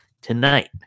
tonight